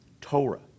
Torah